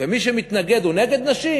ומי שמתנגד הוא נגד נשים?